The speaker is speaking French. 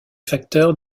facteurs